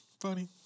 Funny